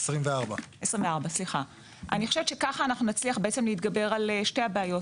24. אני חושבת שכך נצליח להתגבר על שתי הבעיות